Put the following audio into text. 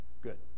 Good